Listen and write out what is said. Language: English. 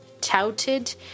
touted